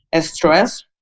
stress